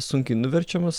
sunkiai nuverčiamas